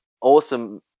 awesome